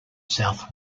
south